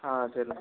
ஆ சரிண்ணே